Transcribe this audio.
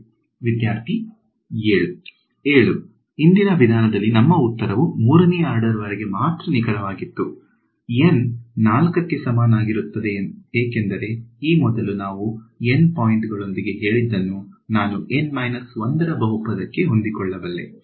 7 ಹಿಂದಿನ ವಿಧಾನದಲ್ಲಿ ನಮ್ಮ ಉತ್ತರವು 3 ನೇ ಆರ್ಡರ್ ನ ವರೆಗೆ ಮಾತ್ರ ನಿಖರವಾಗಿತ್ತು N 4 ಕ್ಕೆ ಸಮನಾಗಿರುತ್ತದೆ ಏಕೆಂದರೆ ಈ ಮೊದಲು ನಾವು N ಪಾಯಿಂಟ್ಗಳೊಂದಿಗೆ ಹೇಳಿದ್ದನ್ನು ನಾನು N 1 ರ ಬಹುಪದಕ್ಕೆ ಹೊಂದಿಕೊಳ್ಳಬಲ್ಲೆ